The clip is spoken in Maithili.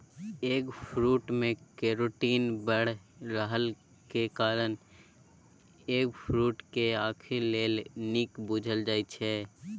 एगफ्रुट मे केरोटीन बड़ रहलाक कारणेँ एगफ्रुट केँ आंखि लेल नीक बुझल जाइ छै